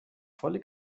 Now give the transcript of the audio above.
volle